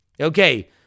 Okay